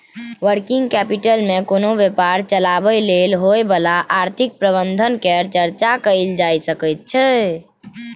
working capital मे कोनो व्यापार चलाबय लेल होइ बला आर्थिक प्रबंधन केर चर्चा कएल जाए सकइ छै